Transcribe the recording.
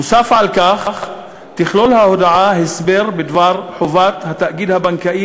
נוסף על כך תכלול ההודעה הסבר בדבר חובת התאגיד הבנקאי